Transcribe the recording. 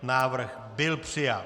Návrh byl přijat.